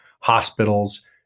hospitals –